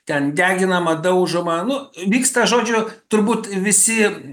ten deginama daužoma nu vyksta žodžiu turbūt visi